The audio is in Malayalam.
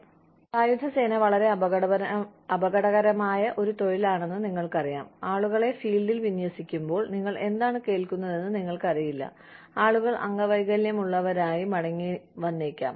കൂടാതെ സായുധ സേന വളരെ അപകടകരമായ ഒരു തൊഴിലാണെന്ന് നിങ്ങൾക്കറിയാം ആളുകളെ ഫീൽഡിൽ വിന്യസിക്കുമ്പോൾ നിങ്ങൾ എന്താണ് കേൾക്കുന്നതെന്ന് നിങ്ങൾക്കറിയില്ല ആളുകൾ അംഗവൈകല്യമുള്ളവരായി മടങ്ങിവന്നേക്കാം